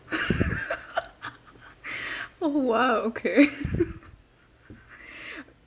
oh !wow! okay